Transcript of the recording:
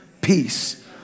peace